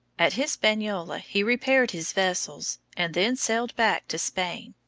at hispaniola he repaired his vessels, and then sailed back to spain.